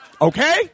Okay